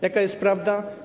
Jaka jest prawda?